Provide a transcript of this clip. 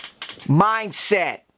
Mindset